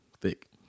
thick